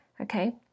Okay